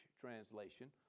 translation